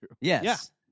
yes